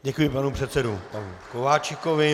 Děkuji panu předsedovi Kováčikovi.